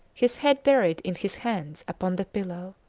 his head buried in his hands upon the pillow.